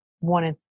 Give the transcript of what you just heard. wanted